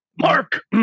Mark